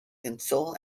console